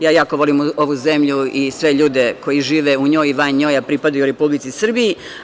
Ja jako volim ovu zemlju i sve ljude koji žive u njoj i van nje, a pripadaju Republici Srbiji.